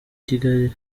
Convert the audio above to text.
kigali